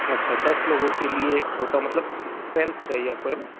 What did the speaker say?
अच्छा दस लोगो के लिए एक छोटा मतलब सेल्फ चाहिए आपको है ना